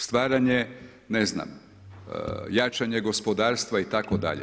Stvaranje ne znam jačanje gospodarstva itd.